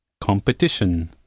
Competition